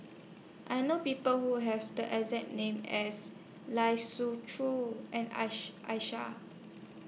I know People Who Have The exact name as Lai Siu Chiu and Aisyah